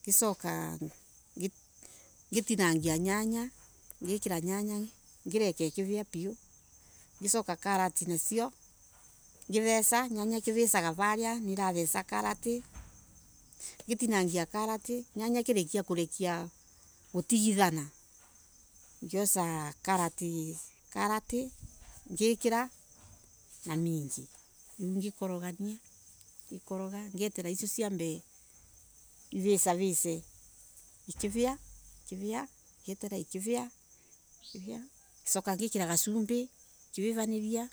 Ngicoka ngitina nyanya. ngireka ikivia piu. ngicoka karati nacio. ngitheca. nyanya ikivicaga varia niratheca karati. Ngitinangia karati. nyanya ikirikia kurikia kutigithana. ngioca karati ngikira na minji ngikorogania. Ngikoroga icio ciambe ivicavice ikivia. Ngieterera ikivia. ngicoka ngikirian gacumbi. Ikiwa. ikivia